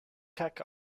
hawk